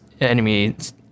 enemies